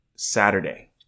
Saturday